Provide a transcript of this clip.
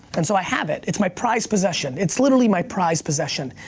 and so i have it. it's my prized possession. it's literally my prized possession.